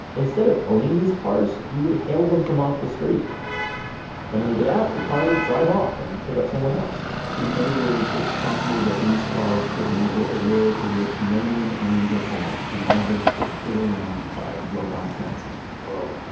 instead of owning these cars, you would hail them from off the street and when you get out, the car would drive off and pick up someone else in other words, it's possible that these cars could enable a world in which no one owns a car and all of us just get around by robot taxi well,